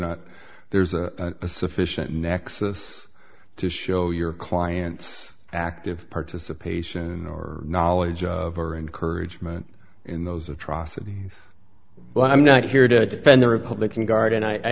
not there's a sufficient nexus to show your client active participation or knowledge of or encouragement in those atrocities but i'm not here to defend the republican guard and i